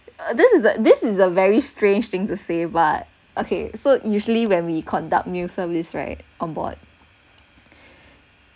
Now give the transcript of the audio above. this is a this is a very strange thing to say but okay so usually when we conduct new service right on board